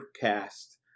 Cast